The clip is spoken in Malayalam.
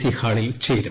സി ഹാളിൽ ചേരും